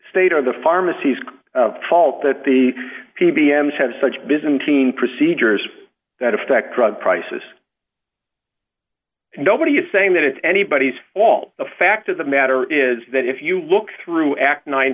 state or the pharmacies fault that the p b m have such byzantine procedures that affect drug prices nobody is saying that it's anybody's fault the fact of the matter is that if you look through